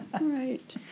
right